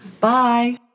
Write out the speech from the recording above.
Bye